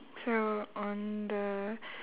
so on the